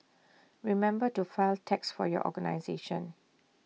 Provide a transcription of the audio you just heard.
remember to file tax for your organisation